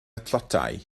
tlotai